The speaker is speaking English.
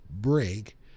break